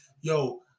Yo